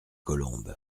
colombes